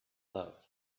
love